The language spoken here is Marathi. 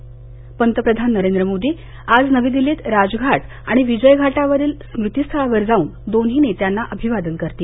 यानिमित्त पंतप्रधान नरेंद्र मोदी आज नवी दिल्लीत राजघाट आणि विजय घाटावरील स्मृती स्थळावर जाऊन दोन्ही नेत्यांना अभिवादन करतील